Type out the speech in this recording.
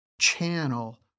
channel